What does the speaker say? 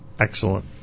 Excellent